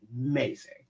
amazing